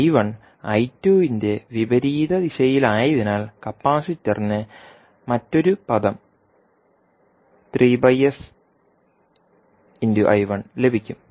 I 2 ന്റെ വിപരീത ദിശയിലായതിനാൽ കപ്പാസിറ്ററിന് മറ്റൊരു പദം ലഭിക്കും